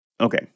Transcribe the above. Okay